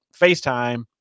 FaceTime